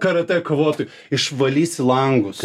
karatė kovotoju išvalysi langus